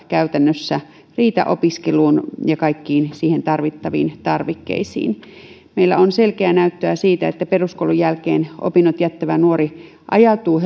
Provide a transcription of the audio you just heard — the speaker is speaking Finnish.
käytännössä riitä opiskeluun ja kaikkiin siihen tarvittaviin tarvikkeisiin meillä on selkeää näyttöä siitä että peruskoulun jälkeen opinnot jättävä nuori ajautuu